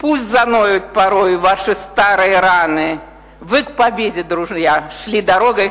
(נושאת דברים בשפה הרוסית.) תודה רבה.